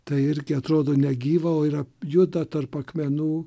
tai irgi atrodo negyva o yra juda tarp akmenų